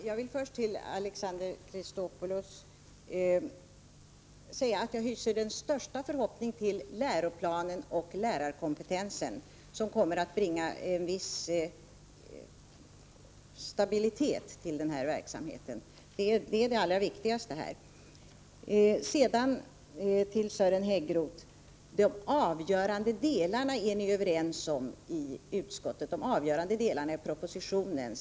Herr talman! Först vill jag till Alexander Chrisopoulos säga att jag hyser de största förhoppningar om att läroplanen och lärarkompetensen kommer att medföra en viss stabilitet i denna verksamhet. Det är det allra viktigaste. Sören Häggroth förklarar nu att utskottet är enigt om de avgörande delarna i propositionen.